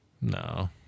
No